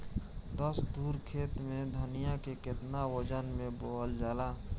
दस धुर खेत में धनिया के केतना वजन मे बोवल जाला?